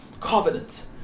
Covenant